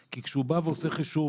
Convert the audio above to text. כי כשהוא בא ועושה חישוב,